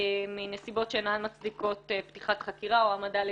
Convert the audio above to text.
מנסיבות שאינן מצדיקות פתיחת חקירה או העמדה לדין.